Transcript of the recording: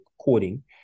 coding